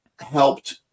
helped